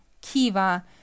Kiva